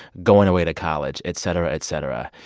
going away to college, et cetera, et cetera.